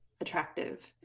attractive